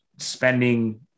Spending